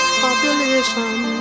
Population